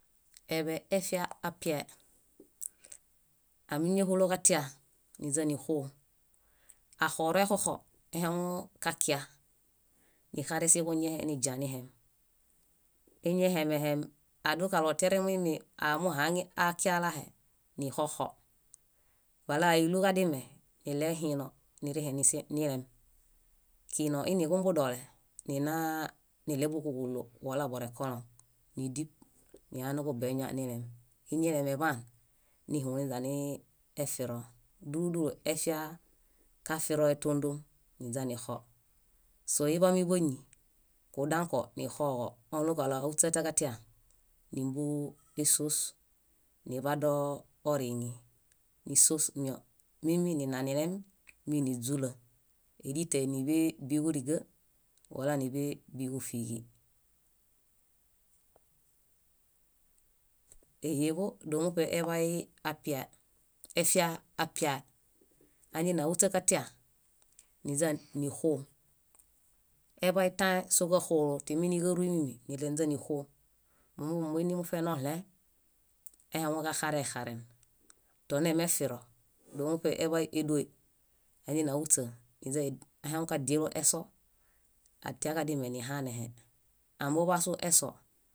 . Eḃe efiaapiae. Ámiñahuloġatia níźanixoo, axorexoxo aihaŋuġakia, nixaren siġuñiehe niźianihem. Iñihemehem adukaɭo teremuimi aamuhaŋi, aakialahe, nixoxo. Bala áiluġadime, niɭebohino nirĩhesinilem. Kino iinikumbudole, ninaa, níɭebokuġuluo wala borekoloŋ. Nídib nilaniġubeñuwa nilem. Iñilemeḃaan, nihuniźaniefiro. Dúlu dúlu efia óxohe tóndom. Niźanixo. Sóiḃamiḃañi, kudãko nixooġo oɭũġaɭo áhuśa otiaġatia, nímbusuos niḃado oriiŋi. Nísuos mio, mími ninanilem, mími níźula. Élitae níḃe bíġuriga wala níḃe bíġufiġi. Éhieḃo dóo muṗe eḃay apiae, efia apiae. Añaini áhuśa katia, niźanixo. Eḃaetãe sóġaxoolo timi níġarumimi, niɭeniźa níxoo. Moin muṗe noɭẽ, ahaŋuġaxare xaren. Tonemefiro, dóo muṗe eḃay édoe. Añaini áhuśa, niźa áhaŋukadielo eso, atiaġadime nihanẽhe. Ambuḃasu eso